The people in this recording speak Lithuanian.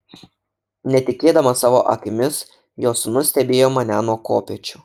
netikėdamas savo akimis jo sūnus stebėjo mane nuo kopėčių